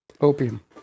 opium